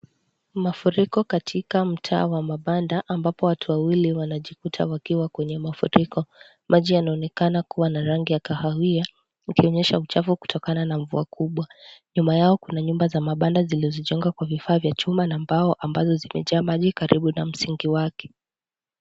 Mafuriko katika mtaa wa mabanda ambapo watu wawili wanajikuta wakiwa kwenye mafuriko, maji yanaonekana kuwa na rangi ya kahawia ukionyesha uchafu kutokana na mvua kubwa, nyuma yao kuna nyumba za mabanda zilizojengwa kwa vifaa vya chuma na mbao ambazo zimejaa maji karibu na msingi wake.